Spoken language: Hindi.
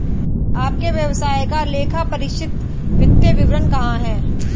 आपके व्यवसाय का लेखापरीक्षित वित्तीय विवरण कहाँ है?